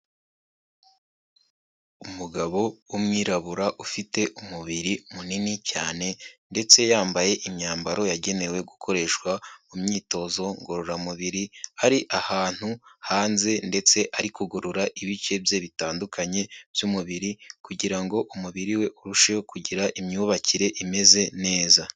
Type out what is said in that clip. Umugabo w'umwirabura ufite umubiri munini cyane ndetse yambaye imyambaro yagenewe gukoreshwa mu myitozo ngororamubiri, hari ahantu hanze ndetse ari kugorora ibice bye bitandukanye by'umubiri kugira ngo umubiri we urusheho kugira imyubakire imeze neza.